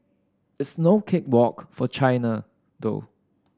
it's no cake walk for China though